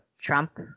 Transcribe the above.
Trump